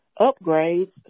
upgrades